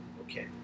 Okay